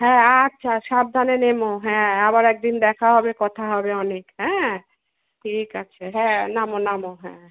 হ্যাঁ আচ্ছা সাবধানে নেমো হ্যাঁ আবার একদিন দেখা হবে কথা হবে অনেক হ্যাঁ ঠিক আছে হ্যাঁ নামো নামো হ্যাঁ হ্যাঁ